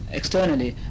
externally